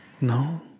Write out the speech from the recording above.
No